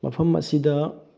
ꯃꯐꯝ ꯑꯁꯤꯗ